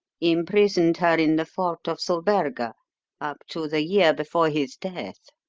imprisoned her in the fort of sulberga up to the year before his death.